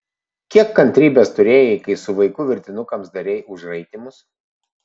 kiek kantrybės turėjai kai su vaiku virtinukams darei užraitymus